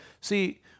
See